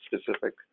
specific